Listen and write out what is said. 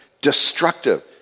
destructive